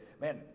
Man